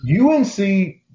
UNC